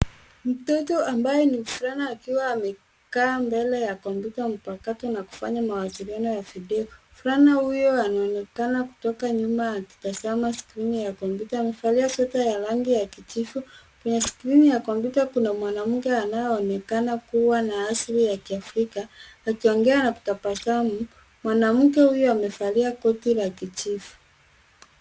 Mtoto ambaye ni mvulana akiwa ameekaa mbele ya kompyuta mpakato na kufanya mawasiliano ya video . Mvulana huyu anaonekana kutoka nyuma akitazama skrini ya kompyuta. Amevalia cs]sweta ya rangi ya kijivu. Kwenye skrini ya kompyuta kuna mwanamke anaye onekana kuwa na asili ya kiafrika akiongea na kutabasamu. Mwanamke huyo amevalia koti la kijivu.